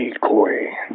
Corey